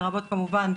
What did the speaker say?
לרבות כמובן,